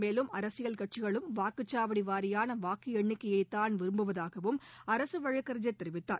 மேலும் அரசியல் கட்சிகளும் வாக்குச்சாவடி வாரியான வாக்கு எண்ணிக்கையைத்தான் விரும்புவதாகவும் அரசு வழக்கறிஞர் தெரிவித்தார்